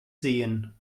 sehen